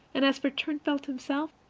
and as for turnfelt himself,